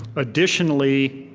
additionally,